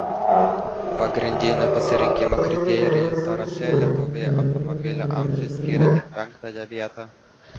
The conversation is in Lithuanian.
pagrindinių pasirinkimo kriterijų sąraše lietuviai automobilio amžiui skyrė tik penktąją vietą